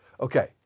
Okay